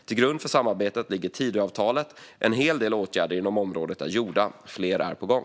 Till grund för samarbetet ligger Tidöavtalet. En hel del åtgärder inom området har vidtagits, och fler är på gång.